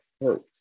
hurt